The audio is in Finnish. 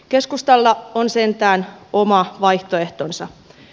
keskustalla on sentään oma vaihtoehtonsa